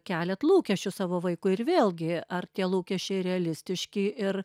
keliat lūkesčius savo vaikui ir vėlgi ar tie lūkesčiai realistiški ir